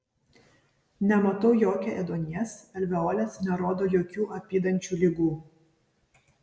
nematau jokio ėduonies alveolės nerodo jokių apydančių ligų